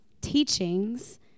teachings